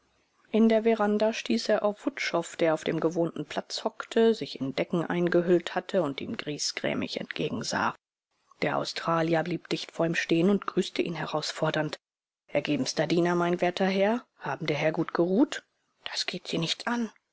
in der veranda stieß er auf wutschow der auf dem gewohnten platz hockte sich in decken eingehüllt hatte und ihm griesgrämig entgegensah der australier blieb dicht vor ihm stehen und grüßte ihn herausfordernd ergebenster diener mein werter herr haben der herr gut geruht das geht sie nichts an